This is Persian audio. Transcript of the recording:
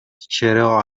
چرا